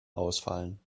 ausfallen